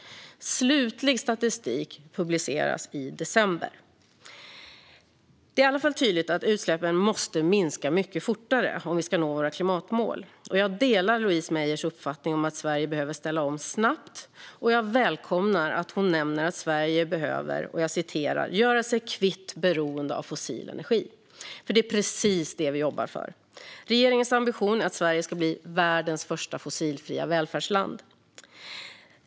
Slutlig statistik publiceras i december. Det är i alla fall tydligt att utsläppen måste minska mycket fortare om vi ska nå våra klimatmål. Jag delar Louise Meijers uppfattning att Sverige behöver ställa om snabbt och välkomnar att hon nämner att Sverige behöver "göra sig kvitt beroendet av fossil energi", för det är precis det vi jobbar för. Regeringens ambition är att Sverige ska bli världens första fossilfria välfärdsland.